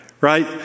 Right